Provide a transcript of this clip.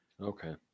Okay